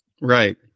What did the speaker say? Right